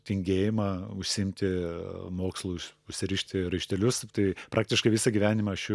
tingėjimą užsiimti mokslu už užsirišti raištelius tai praktiškai visą gyvenimą aš jų